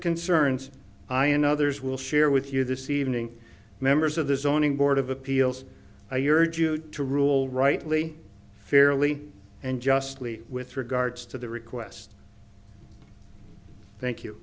concerns i and others will share with you this evening members of the zoning board of appeals i urge you to rule rightly fairly and justly with regards to the request thank you